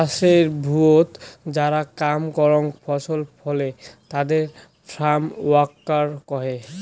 চাষের ভুঁইয়ত যারা কাম করাং ফসল ফলে তাদের ফার্ম ওয়ার্কার কহে